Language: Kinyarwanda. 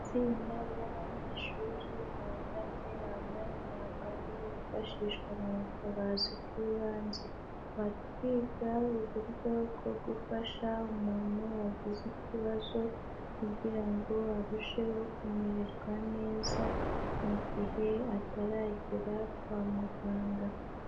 Itsinda ry'abanyeshuri bahagaze bambaye imyambaro yifashishwa m'ubutabazi bwibanze, bari kwita uburyo bwo gufasha umuntu wagize ikibazo kugira ngo arusheho kumererwa neza mu gihe ataragera kwa muganga.